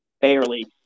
barely